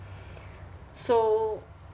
so